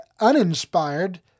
uninspired